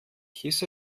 hieß